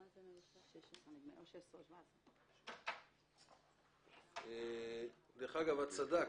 או 2016 או 2017. דרך אגב, את צדקת.